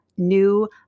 new